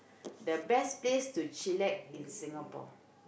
the best place to chill lax in Singapore